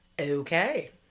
Okay